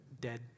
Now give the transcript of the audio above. dead